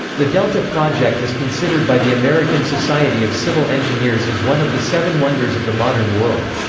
the delta project is considered by the american society of civil engineers as one of the seven wonders of the modern world.